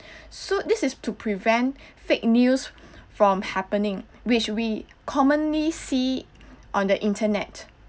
so this is to prevent fake news from happening which we commonly see on the internet